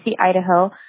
Idaho